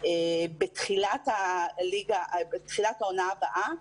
בתחילת העונה הבאה,